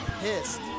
pissed